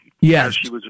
Yes